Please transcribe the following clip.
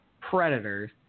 predators